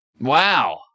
Wow